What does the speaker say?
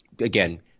again